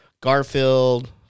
Garfield